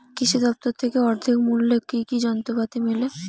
কৃষি দফতর থেকে অর্ধেক মূল্য কি কি যন্ত্রপাতি মেলে?